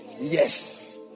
Yes